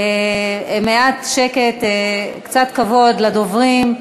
מעט שקט וקצת כבוד לדוברים,